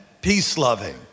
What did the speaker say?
peace-loving